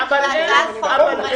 העלות.